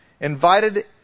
invited